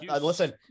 listen